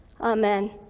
Amen